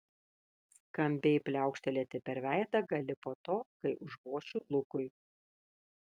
skambiai pliaukštelėti per veidą gali po to kai užvošiu lukui